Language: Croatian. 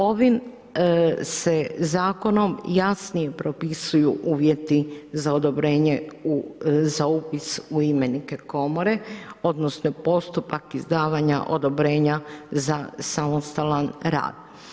Ovim se zakonom jasnije propisuju uvjeti za odobrenje, za upis u imenike komore, odnosno, postupak izdavanje odobrenja za samostalan rad.